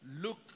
Look